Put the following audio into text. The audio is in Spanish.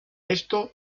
esto